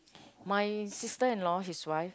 my sister-in-law his wife